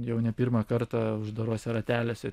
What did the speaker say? jau ne pirmą kartą uždaruose rateliuose